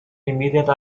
immediate